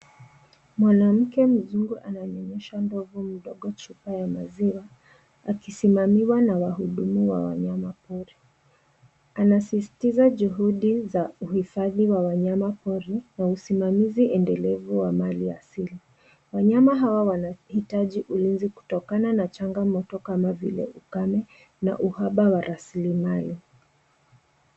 Mwanamke mzungu anamnywesha ndovu mdogo chupa ya maziwa akisimamiwa na wahudumu wa wanyama pori. Anasisitiza juhudi za uhifadhi wa wanyama pori na usimamizi endelevu wa mali asili. Wanyama hawa wanahitaji ulinzi kutokana na changamoto kama vile ukame na uhaba wa rasilimali.